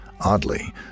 Oddly